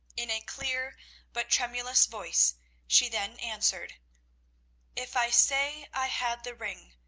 in a clear but tremulous voice she then answered if i say i had the ring,